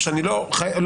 או שאני לא חייב,